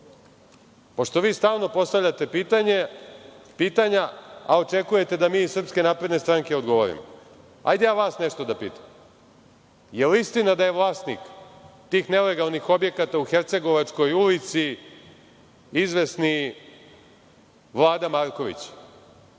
Pošto vi stalno postavljate pitanja, a očekujete da mi iz SNS odgovorimo. Hajde ja vas nešto da pitam – da li je istina da je vlasnik tih nelegalnih objekata u Hercegovačkoj ulici, izvesni Vlada Marković?